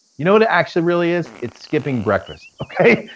you know what it actually really is, it's skipping breakfast. okay?